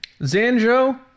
Zanjo